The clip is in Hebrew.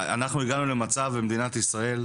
אנחנו הגענו למצב במדינת ישראל,